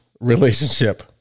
relationship